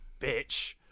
bitch